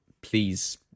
please